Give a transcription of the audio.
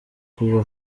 kuba